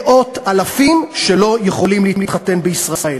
מאות-אלפים שלא יכולים להתחתן בישראל.